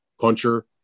puncher